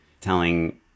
telling